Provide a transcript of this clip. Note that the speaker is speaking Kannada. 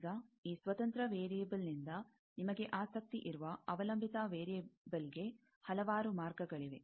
ಈಗ ಈ ಸ್ವತಂತ್ರ ವೇರಿಯೆಬಲ್ ನಿಂದ ನಿಮಗೆ ಆಸಕ್ತಿ ಇರುವ ಅವಲಂಬಿತ ವೇರಿಯೆಬಲ್ಗೆ ಹಲವಾರು ಮಾರ್ಗಗಳಿವೆ